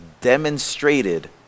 demonstrated